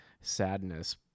sadness